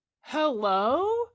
hello